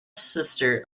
sister